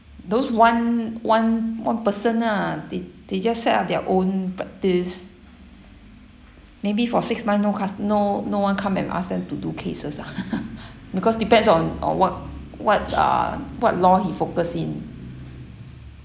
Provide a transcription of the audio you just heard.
those one one one person lah they they just set up their own practice maybe for six month no cus~ no no one come and ask them to do cases ah because depends on on what what uh what law he focus in